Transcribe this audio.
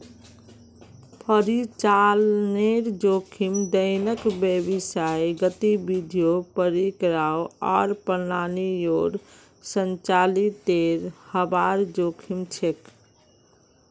परिचालनेर जोखिम दैनिक व्यावसायिक गतिविधियों, प्रक्रियाओं आर प्रणालियोंर संचालीतेर हबार जोखिम छेक